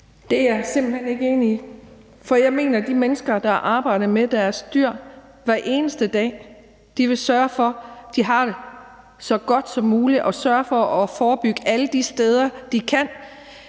Det er jeg simpelt hen ikke enig i. For jeg mener, at de mennesker, der arbejder med deres dyr hver eneste dag, vil sørge for, at de har så godt som muligt og sørge for at forebygge alle de steder, de kan.